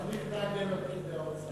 צריך להגן על פקידי האוצר.